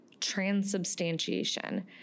transubstantiation